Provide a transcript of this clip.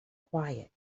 quiet